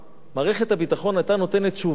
אם, נאמר, היתה דקירה באיזה צומת,